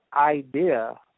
idea